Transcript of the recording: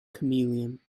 chameleon